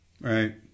Right